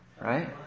Right